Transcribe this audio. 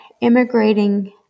immigrating